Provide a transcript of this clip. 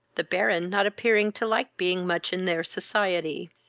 the baron not appearing to like being much in their society.